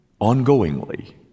ongoingly